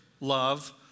love